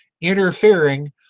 interfering